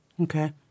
Okay